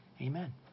Amen